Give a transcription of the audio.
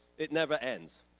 it never ends,